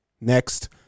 Next